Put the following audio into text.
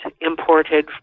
imported